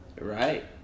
Right